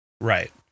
Right